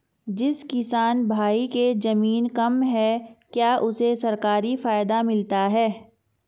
जिस किसान भाई के ज़मीन कम है क्या उसे सरकारी फायदा मिलता है?